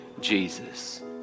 jesus